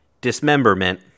dismemberment